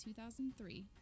2003